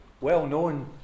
well-known